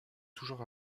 toujours